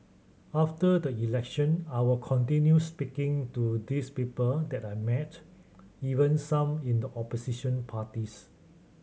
after the election I will continue speaking to these people that I met even some in the opposition parties